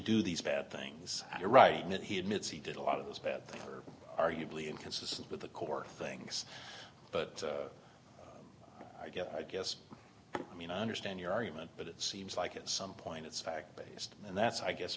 do these bad things are right that he admits he did a lot of those bad things are arguably inconsistent with the core things but i guess i guess i mean i understand your argument but it seems like at some point it's fact based and that's i guess